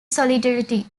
solidarity